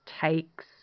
takes